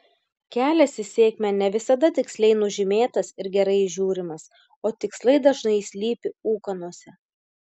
kelias į sėkmę ne visada tiksliai nužymėtas ir gerai įžiūrimas o tikslai dažnai slypi ūkanose